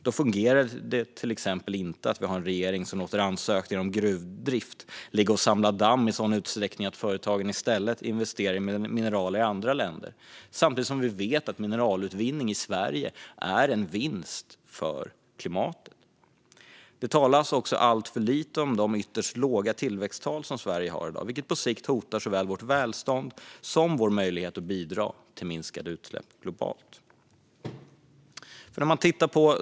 Därför fungerar det inte att vi till exempel har en regering som låter ansökningar om gruvdrift ligga och samla damm i sådan utsträckning att företagen i stället investerar i mineral i andra länder, samtidigt som vi vet att mineralutvinning i Sverige är en vinst för klimatet. Det talas också för lite om de ytterst låga tillväxttal Sverige har i dag, vilket på sikt hotar såväl vårt välstånd som vår möjlighet att bidra till minskade utsläpp globalt.